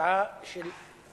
חבר הכנסת